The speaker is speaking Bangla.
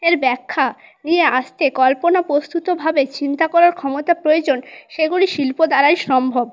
এর ব্যাখ্যা নিয়ে আসতে কল্পনা প্রস্তুতভাবে চিন্তা করার ক্ষমতা প্রয়োজন সেগুলি শিল্প দ্বারাই সম্ভব